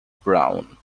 brown